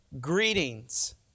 Greetings